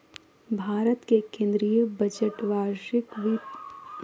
भारत के केन्द्रीय बजट वार्षिक वित्त विवरण के रूप में निर्दिष्ट कइल गेलय हइ